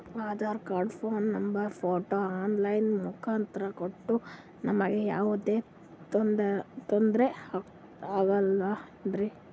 Aadhaar card, phone number, photo online ಮುಖಾಂತ್ರ ಕೊಟ್ರ ನಮಗೆ ಯಾವುದೇ ತೊಂದ್ರೆ ಆಗಲೇನ್ರಿ?